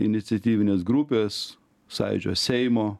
iniciatyvinės grupės sąjūdžio seimo